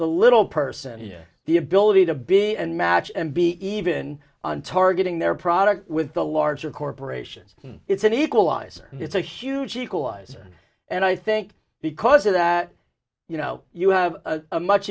the little person the ability to be and match and be even on targeting their product with the larger corporations it's an equalizer it's a huge equalizer and i think because of that you know you have a much